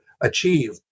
achieve